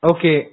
Okay